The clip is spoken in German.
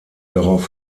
darauf